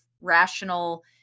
rational